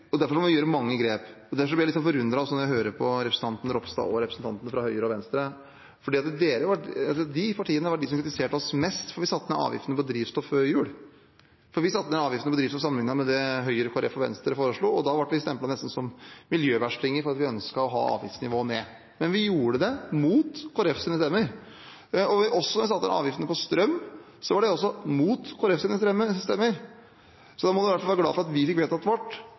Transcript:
jeg litt forundret når jeg hører på representanten Ropstad og representantene fra Høyre og Venstre, for det var de partiene som kritiserte oss mest fordi vi satte ned avgiftene på drivstoff før jul. Vi satte ned avgiftene på drivstoff sammenlignet med det Høyre, Kristelig Folkeparti og Venstre foreslo, og da ble vi nesten stemplet som miljøverstinger fordi vi ønsket å få avgiftsnivået ned. Men vi gjorde det, mot Kristelig Folkepartis stemmer. Også da vi satte ned avgiftene på strøm, var det mot Kristelig Folkepartis stemmer. Da må man i hvert fall være glad for at vi fikk vedtatt